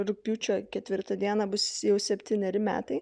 rugpjūčio ketvirtą dieną bus jau septyneri metai